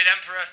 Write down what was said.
Emperor